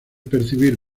percibir